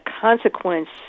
consequence